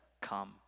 come